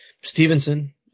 Stevenson